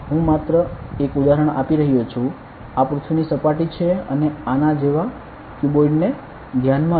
હું માત્ર એક ઉદાહરણ આપી રહ્યો છું આ પૃથ્વીની સપાટી છે અને આના જેવા ક્યુબોઇડ ને ધ્યાનમાં લો